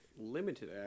limited